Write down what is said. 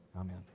Amen